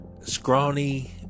scrawny